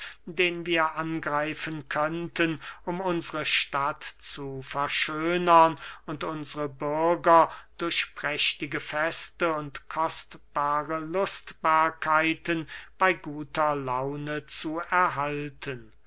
den wir angreifen könnten um unsre stadt zu verschönern und unsre bürger durch prächtige feste und kostbare lustbarkeiten bey guter laune zu erhalten